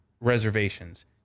reservations